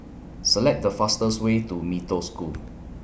Select The fastest Way to Mee Toh School